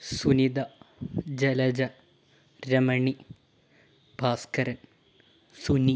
Sunitha Jalaja Ramani Bhaskaran Suni